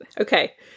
okay